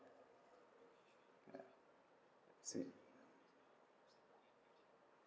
ya see